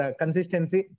consistency